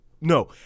No